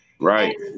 Right